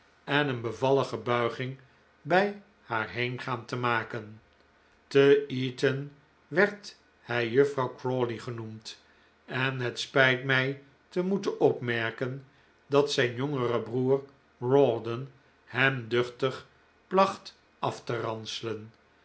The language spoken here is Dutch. en een bevallige buiging bij haar heengaan te maken te eton werd hij juffrouw crawley genoemd en het spijt mij te moeten opmerken dat zijn jongere broer rawdon hem duchtig placht af te